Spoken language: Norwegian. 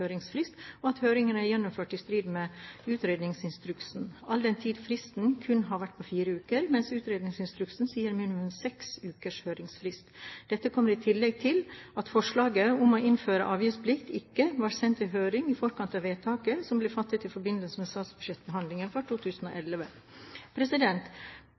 høringsfrist, og at høringen er gjennomført i strid med utredningsinstruksen, all den tid fristen kun har vært på fire uker, mens utredningsinstruksen sier minimum seks ukers høringsfrist. Dette kommer i tillegg til at forslaget om å innføre avgiftsplikt ikke var sendt på høring i forkant av vedtaket som ble fattet i forbindelse med statsbudsjettbehandlingen for